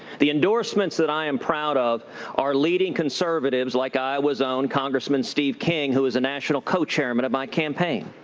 the endorsements that i am proud of are leading conservatives like iowa's own congressman steve king, who is a national co-chairman of my campaign.